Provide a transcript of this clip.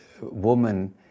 woman